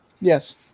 Yes